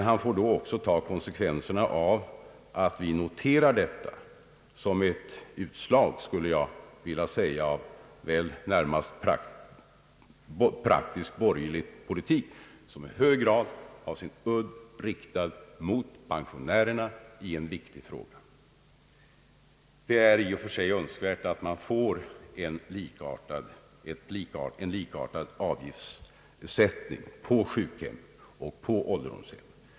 Han får då också ta konsekvenserna av att detta noteras som ett utslag av praktisk borgerlig politik, vilket i hög grad har sin udd riktad mot pensionärerna. Det är i och för sig önskvärt med en likartad avgiftssättning på sjukhem och ålderdomshem.